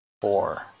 four